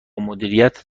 مدیریت